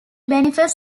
benefits